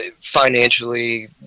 Financially